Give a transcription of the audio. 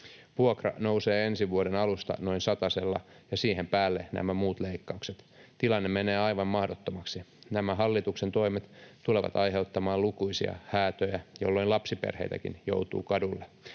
Vuokra nousee ensi vuoden alusta noin satasella, ja siihen päälle nämä muut leikkaukset. Tilanne menee aivan mahdottomaksi. Nämä hallituksen toimet tulevat aiheuttamaan lukuisia häätöjä, jolloin lapsiperheitäkin joutuu kadulle.